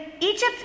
Egypt